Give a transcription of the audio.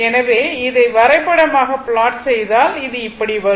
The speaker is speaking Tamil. எனவே இதை வரைபடமாக ப்லாட் செய்தால் அது இப்படி வரும்